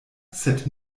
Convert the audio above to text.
sed